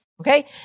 Okay